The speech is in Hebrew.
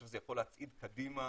שוב, זה יכול להצעיד קדימה